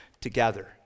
together